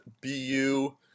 BU